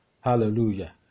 Hallelujah